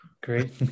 great